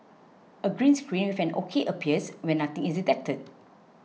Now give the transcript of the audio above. a green screen with an O K appears when nothing is detected